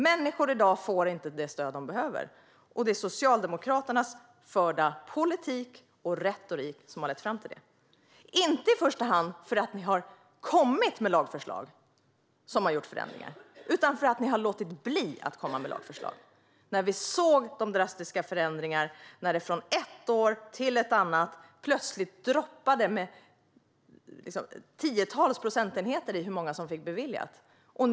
I dag får inte människor det stöd de behöver, och det är Socialdemokraternas förda politik och retorik som har lett fram till det. Det beror inte i första hand på att ni har kommit med lagförslag som har inneburit förändringar utan på att ni lät bli att komma med lagförslag när vi såg de drastiska förändringarna. Från ett år till ett annat minskade det plötsligt med tiotals procentenheter i fråga om hur många som fick assistans beviljad.